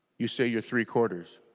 you say you are three quarters